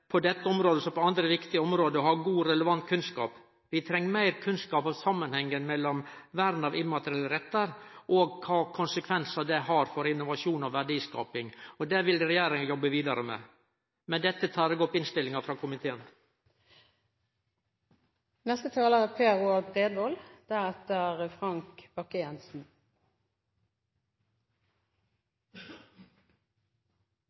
på dette området. Regjeringa har som mål at forordninga skal takast inn i EØS-avtalen og bli innført i norsk rett så raskt som råd. I politikkutvikling er det, som på andre viktige område, viktig å ha god og relevant kunnskap. Vi treng meir kunnskap om samanhengen mellom vern av immaterielle rettar og kva for konsekvensar det har for innovasjon og verdiskaping. Det vil regjeringa